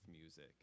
music